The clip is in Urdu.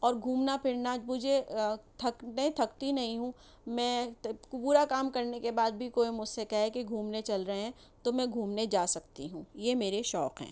اور گھومنا پھرنا مجھے تھک نئی تھکتی نہیں ہوں میں پورا کام کرنے کے بعد بھی کوئی مجھ سے کہے کہ گھومنے چل رہے ہیں تو میں گھومنے جا سکتی ہوں یہ میرے شوق ہیں